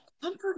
comfort